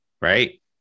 right